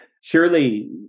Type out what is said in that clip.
surely